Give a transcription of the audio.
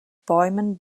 bäumen